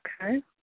okay